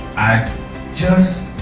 i just